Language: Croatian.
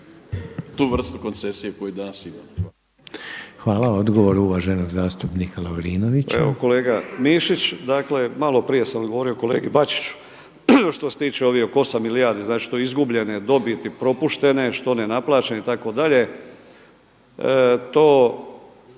tu vrstu koncesije koju danas imamo.